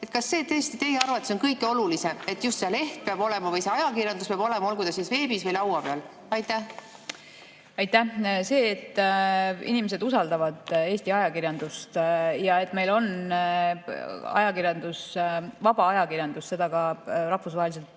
tõesti teie arvates on kõige olulisem, et just see leht peab olema või see ajakirjandus peab olema, olgu ta siis veebis või laua peal? See, et inimesed usaldavad Eesti ajakirjandust ja et meil on vaba ajakirjandus, seda ka rahvusvaheliselt